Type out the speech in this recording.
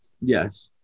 yes